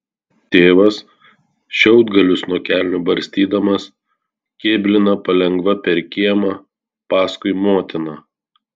tėvas šiaudgalius nuo kelnių barstydamas kėblina palengva per kiemą paskui motiną